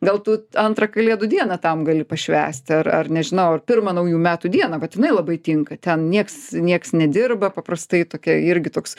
gal tu antrą kalėdų dieną tam gali pašvęsti ar ar nežinau ar pirmą naujų metų dieną vat jinai labai tinka ten nieks nieks nedirba paprastai tokia irgi toks